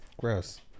Gross